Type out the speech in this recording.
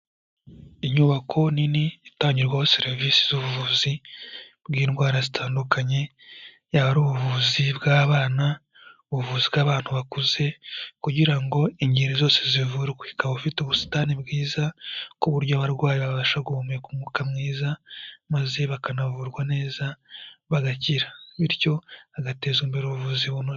Inyubako nini itangirwaho serivisi z'ubuvuzi bw'indwara zitandukanye, yaba ari ubuvuzi bw'abana, ubuvuzi bw'abantu bakuze, kugira ngo ingeri zose zivurwe. Ikaba ifite ubusitani bwiza ku buryo abarwayi babasha guhumeka umwuka mwiza, maze bakanavurwa neza bagakira. Bityo hagatezwa imbere ubuvuzi bunoze.